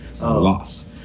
loss